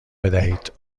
بدهید